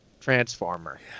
transformer